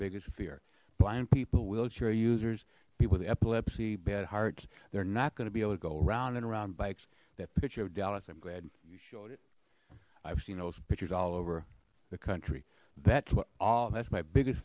biggest fear blind people wheelchair users people the epilepsy bed hearts they're not gonna be able to go around and around bikes that picture of dallas i'm glad you showed it i've seen those pictures all over the country that's what all that's my biggest